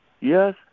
Yes